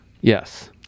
yes